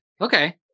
Okay